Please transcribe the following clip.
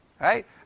Right